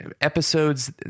episodes